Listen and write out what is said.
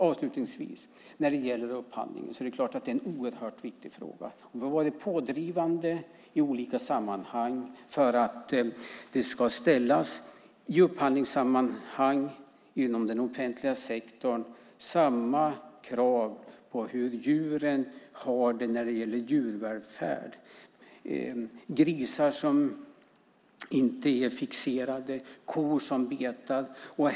Avslutningsvis: Det är klart att upphandlingen är en oerhört viktig fråga. Vi har varit pådrivande i olika sammanhang för att det i upphandlingssammanhang inom den offentliga sektorn ska ställas samma krav i fråga om hur djuren har det när det gäller djurvälfärd, med grisar som inte är fixerade och kor som betar.